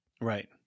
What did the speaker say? Right